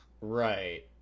Right